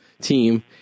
team